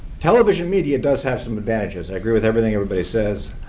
television media does have some advantages. i agree with everything everybody's says.